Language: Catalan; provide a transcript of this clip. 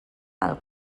del